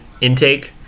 intake